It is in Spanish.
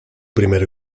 primer